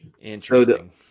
Interesting